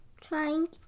trying